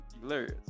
hilarious